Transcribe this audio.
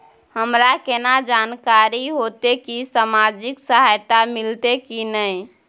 हमरा केना जानकारी होते की सामाजिक सहायता मिलते की नय?